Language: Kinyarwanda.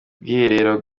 bwiherero